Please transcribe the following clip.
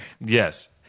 Yes